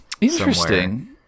Interesting